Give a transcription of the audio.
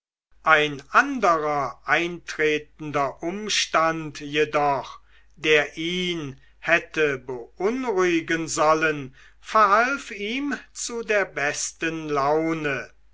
ein anderer eintretender umstand jedoch der ihn hätte beunruhigen sollen verhalf ihm zu der besten laune